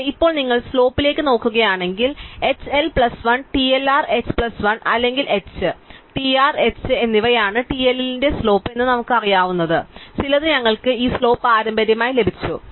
പക്ഷേ ഇപ്പോൾ നിങ്ങൾ സ്ലോപ്പ്ലേക്ക് നോക്കുകയാണെങ്കിൽ HL plus 1 TLR h plus 1 അല്ലെങ്കിൽ h TR h എന്നിവയാണ് TLL ന്റെ സ്ലോപ്പ് എന്ന് നമുക്കറിയാവുന്ന ചിലത് ഞങ്ങൾക്ക് ഈ സ്ലോപ്പ് പാരമ്പര്യമായി ലഭിച്ചു